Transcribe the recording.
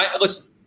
Listen